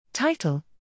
title